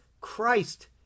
Christ